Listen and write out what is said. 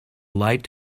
light